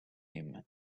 him